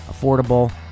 Affordable